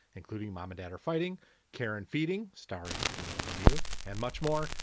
including mom and dad are fighting care and feeding, starring jamilah lemieux. and much more.